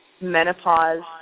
menopause